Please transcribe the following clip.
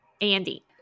Andy